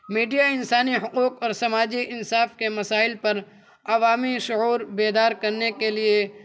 media انسانی حقوق اور سماجی انصاف کے مسائل پر عوامی شعور بیدار کرنے کے لیے